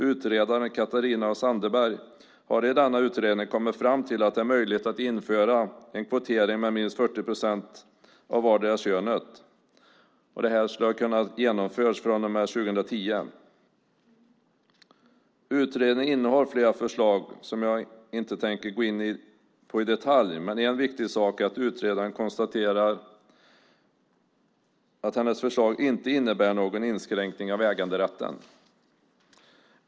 Utredaren Catarina af Sandeberg har i denna utredning kommit fram till att det är möjligt att införa en kvotering om minst 40 procent av vardera könet. Det skulle kunna ha genomförts från och med 2010. Utredningen innehåller flera förslag som jag inte tänker gå in på i detalj, men en viktig sak är att utredaren konstaterar att hennes förslag inte innebär någon inskränkning av äganderätten.